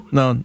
no